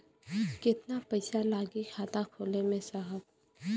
कितना पइसा लागि खाता खोले में साहब?